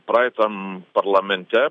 praeitam parlamente